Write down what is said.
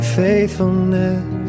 faithfulness